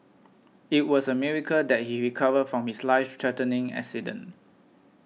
it was a miracle that he recovered from his life threatening accident